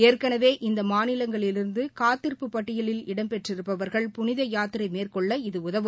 ஏற்கனவே இந்த மாநிலங்களிலிருந்து காத்திருப்பு பட்டியலில் இடம்பெற்றிருப்பவர்கள் புனித யாத்திரை மேற்கொள்ள இது உதவும்